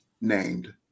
named